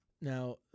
Now